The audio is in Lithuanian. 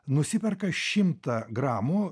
nusiperka šimtą gramų